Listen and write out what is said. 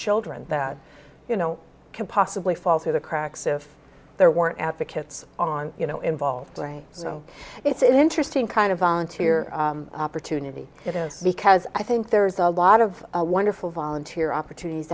children that you know can possibly fall through the cracks if there weren't advocates on you know involved so it's an interesting kind of volunteer opportunity it is because i think there's a lot of a wonderful volunteer opportunities